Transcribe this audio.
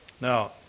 Now